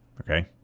Okay